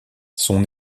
son